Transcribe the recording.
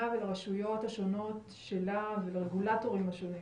ולרשויות השונות שלה ולרגולטורים השונים.